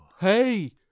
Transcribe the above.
Hey